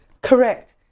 Correct